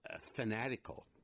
fanatical